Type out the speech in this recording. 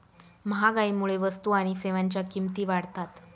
महागाईमुळे वस्तू आणि सेवांच्या किमती वाढतात